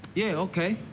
yeah, ok.